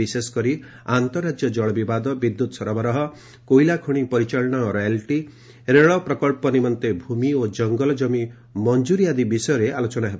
ବିଶେଷକରି ଆନ୍ତଃରାଜ୍ୟ ଜଳ ବିବାଦ ବିଦ୍ୟୁତ୍ ସରବରାହ କୋଇଲାଖଣି ପରିଚାଳନା ଓ ରୟାଲିଟି ରେଳ ପ୍ରକଳ୍ପ ନିମନ୍ତେ ଭୂମି ଓ ଜଙ୍ଗଲକମି ମଂଜୁରୀ ଆଦି ବିଷୟରେ ଆଲୋଚନା ହେବ